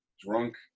drunk